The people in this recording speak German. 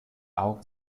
augen